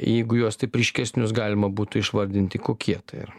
jeigu juos taip ryškesnius galima būtų išvardinti kokie tai yra